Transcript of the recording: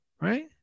right